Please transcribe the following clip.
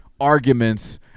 arguments